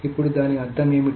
ఇప్పుడు దాని అర్థం ఏమిటి